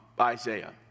Isaiah